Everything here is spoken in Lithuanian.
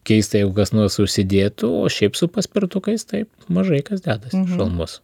keista jeigu kas nors užsidėtų o šiaip su paspirtukais taip mažai kas dedasi šalmus